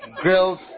Grills